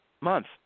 month